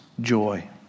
joy